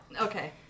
Okay